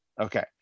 Okay